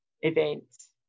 events